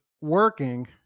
working